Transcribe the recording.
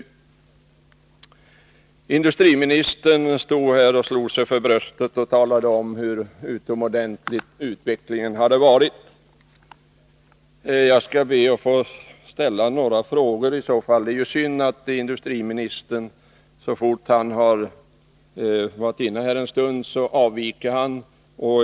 Industriministern stod här och slog sig för bröstet och talade om hur utomordentlig utvecklingen hade varit. Jag skall då be att få ställa några frågor. Det är ju synd att industriministern, så fort han varit inne här en stund, avviker.